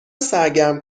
سرگرم